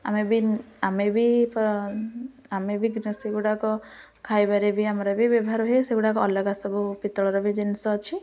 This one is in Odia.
ଆମେ ବି ଆମେ ବି ଆମେ ବି ସେଗୁଡ଼ାକ ଖାଇବାରେ ବି ଆମର ବି ବ୍ୟବହାର ହୁଏ ସେଗୁଡ଼ାକ ଅଲଗା ସବୁ ପିତ୍ତଳର ବି ଜିନିଷ ଅଛି